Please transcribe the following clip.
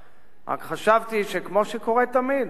רק חשבתי שכמו שקורה תמיד,